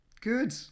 Good